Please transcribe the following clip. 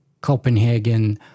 Copenhagen